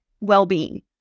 well-being